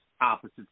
opposite